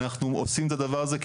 אנחנו עושים את הדבר הזה,